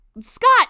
Scott